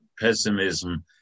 pessimism